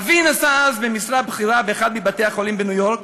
אבי נשא אז במשרה בכירה באחד מבתי-החולים בניו-יורק